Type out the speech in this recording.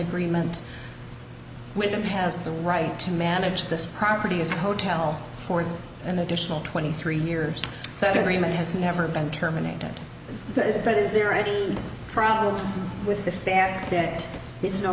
agreement with them has the right to manage this property as a hotel for an additional twenty three years that agreement has never been terminated but is there any problem with the fact that it's no